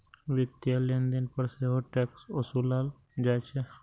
वित्तीय लेनदेन पर सेहो टैक्स ओसूलल जाइ छै